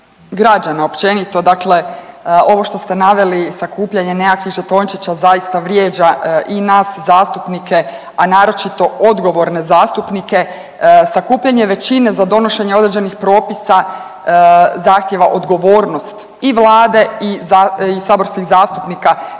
građana općenito. Dakle, ovo što ste naveli sakupljanje nekakvih žetončića zaista vrijeđa i nas zastupnike, a naročito odgovorne zastupnike. Sakupljanje većine za donošenje određenih propisa zahtijeva odgovornost i Vlade i saborskih zastupnika